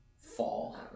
Fall